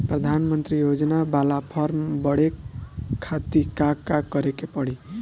प्रधानमंत्री योजना बाला फर्म बड़े खाति का का करे के पड़ी?